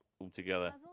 altogether